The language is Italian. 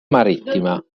marittima